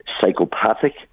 psychopathic